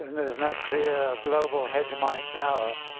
and there is no clear global hegemonic power,